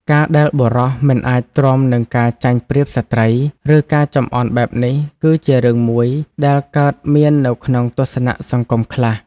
ការដែលបុរសមិនអាចទ្រាំនឹងការចាញ់ប្រៀបស្ត្រី ឬការចំអន់បែបនេះ គឺជារឿងមួយដែលកើតមាននៅក្នុងទស្សនៈសង្គមខ្លះ។